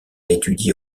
étudié